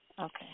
Okay